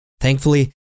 Thankfully